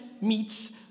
meets